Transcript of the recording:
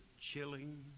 chilling